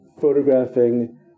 photographing